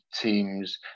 teams